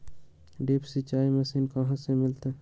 Drip सिंचाई machine कहाँ से मिलतै?